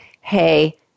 Hey